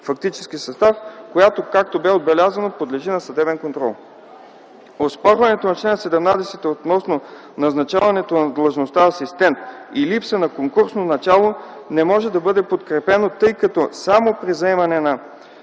фактически състав, която, както бе отбелязано, подлежи на съдебен контрол. Оспорването на чл.17 относно назначаването на длъжността „асистент” и липса на конкурсно начало не може да бъде подкрепено, тъй като само при заемане на